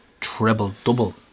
treble-double